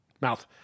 mouth